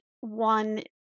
one